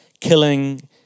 killing